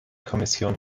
kommission